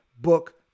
book